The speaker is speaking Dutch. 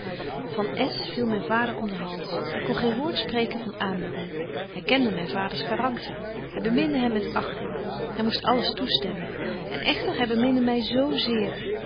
viel myn vader om den hals hy kon geen woord spreken van aandoening hy kende myn vaders karakter hy beminde hem met achting hy moest alles toestemmen en echter hy beminde my zo zeer